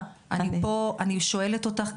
אני שואלת אותך,